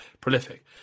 prolific